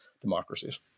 democracies